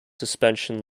suspension